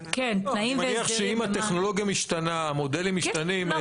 אני מניח שאם הטכנולוגיה משתנה, המודלים משתנים.